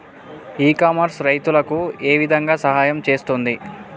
ఇ commerce రైతులకు ఏ విధంగా సహాయం చేస్తుంది?